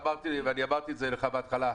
ואמרתי את זה בהתחלה,